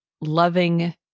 loving